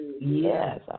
Yes